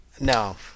No